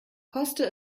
koste